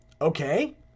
Okay